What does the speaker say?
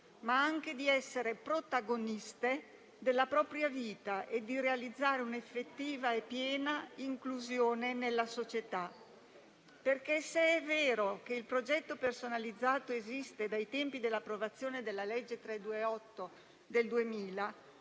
ma anche di essere protagoniste della propria vita e di realizzare un'effettiva e piena inclusione nella società. Se è vero che il progetto personalizzato esiste dai tempi dell'approvazione della legge n. 328 del 2000,